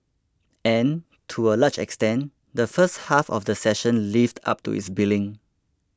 and to a large extent the first half of the session lived up to its billing